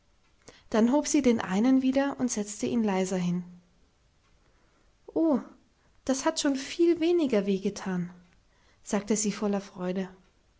dann hob sie den einen wieder und setzte ihn leiser hin oh das hat schon viel weniger weh getan sagte sie voller freude